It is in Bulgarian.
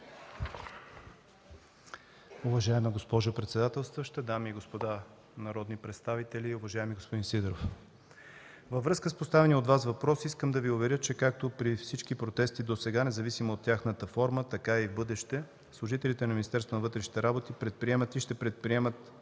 Уважаема госпожо председателстваща, дами и господа народни представители, уважаеми господин Сидеров! Във връзка с поставения от Вас въпрос искам да Ви уверя, че както при всички протести досега, независимо от тяхната форма, така и в бъдеще служителите на Министерството на вътрешните